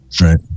Right